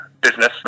business